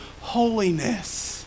holiness